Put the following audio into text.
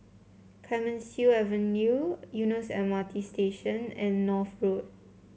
Clemenceau Avenue Eunos M R T Station and North Road